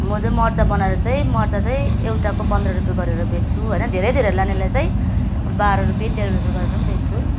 म चाहिँ मर्चा बनाएर चाहिँ मर्चा चाहिँ एउटाको पन्ध्र रुपियाँ गरेर बेच्छु होइन धेरै धेरै लानेलाई चाहिँ बाह्र रुपियाँ तेह्र रुपियाँ गरेर पनि बेच्छु